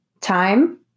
time